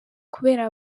kubera